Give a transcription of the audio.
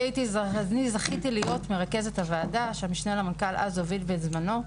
אני זכיתי להיות מרכזת הוועדה שהמשנה למנכ"ל אז הוביל בזמנו.